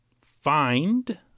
Find